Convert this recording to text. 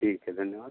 ठीक है धन्यवाद